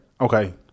Okay